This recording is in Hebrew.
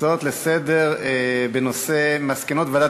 הצעות לסדר-היום בנושא: מסקנות ועדת